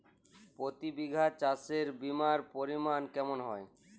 প্রতি বিঘা চাষে বিমার পরিমান কেমন হয়?